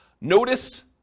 Notice